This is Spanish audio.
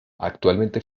actualmente